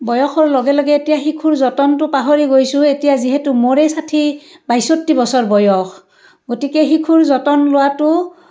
বয়সৰ লগে লগে এতিয়া শিশুৰ যতনটো পাহৰি গৈছোঁ এতিয়া যিহেতু মোৰেই ষাঠি বাষষ্ঠি বছৰ বয়স গতিকে শিশুৰ যতন লোৱাটো